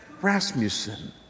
Rasmussen